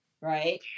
right